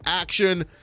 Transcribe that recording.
action